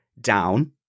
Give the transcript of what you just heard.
down